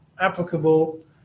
applicable